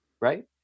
right